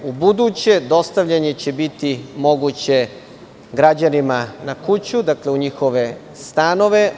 Ubuduće, dostavljanje će biti moguće građanima na kuću, dakle, u njihove stanove.